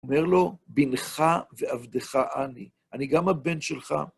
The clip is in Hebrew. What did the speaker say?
אומר לו, בנך ועבדך אני, אני גם הבן שלך.